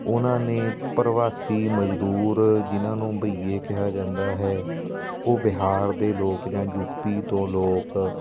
ਉਨ੍ਹਾਂ ਨੇ ਪ੍ਰਵਾਸੀ ਮਜ਼ਦੂਰ ਜਿਹਨਾਂ ਨੂੰ ਬਈਏ ਕਿਹਾ ਜਾਂਦਾ ਹੈ ਉਹ ਬਿਹਾਰ ਦੇ ਲੋਕ ਜਾਂ ਯੂਪੀ ਤੋਂ ਲੋਕ